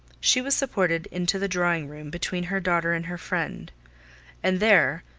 she was supported into the drawing-room between her daughter and her friend and there,